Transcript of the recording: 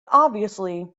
obviously